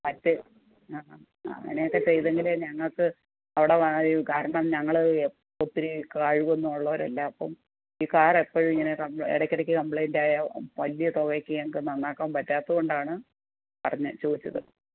മറ്റെ ആ അങ്ങനെയൊക്കെ ചെയ്തെങ്കിലേ ഞങ്ങൾക്ക് അവിടെ കാരണം ഞങ്ങൾ ഒത്തിരി കഴിവൊന്നും ഉള്ളവരല്ല അപ്പം ഈ കാർ എപ്പോഴും ഇങ്ങനെ ഇടയ്ക്കിടയ്ക്ക് കംപ്ലയിൻ്റ് ആയാൽ വലിയ തുകയ്ക്ക് ഞങ്ങൾക്ക് നന്നാക്കാൻ പറ്റാത്തത് കൊണ്ടാണ് പറഞ്ഞത് ചോദിച്ചത്